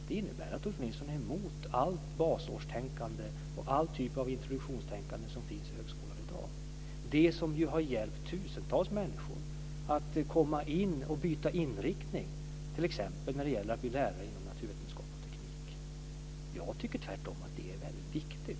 Det innebär att Ulf Nilsson är emot allt basårstänkande och all typ av introduktionstänkande som finns i högskolan i dag, något som ju har hjälpt tusentals människor att byta inriktning, t.ex. när det gäller att bli lärare inom naturvetenskap och teknik. Jag tycker tvärtom att det är väldigt viktigt.